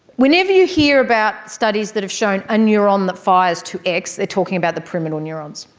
whenever you hear about studies that have shown a neuron that fires to x, they're talking about the pyramidal neurons.